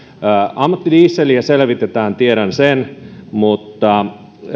ammattidieseliä selvitetään tiedän sen mutta